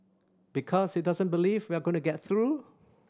because he doesn't believe we are going to get through